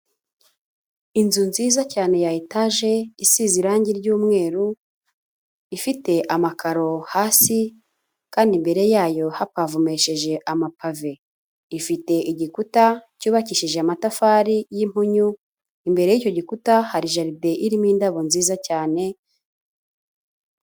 Inzu nziza cyane ya etaje isize irangi ry'umweru, ifite amakaro hasi kandi imbere yayo hapavomesheje amapave, ifite igikuta cyubakishije amatafari y'impunyu, imbere y'icyo gikuta hari jaride irimo indabo nziza cyane.